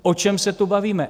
O čem se tu bavíme?